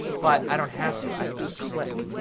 but i don't have to. i can just click.